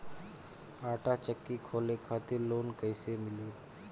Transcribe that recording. आटा चक्की खोले खातिर लोन कैसे मिली?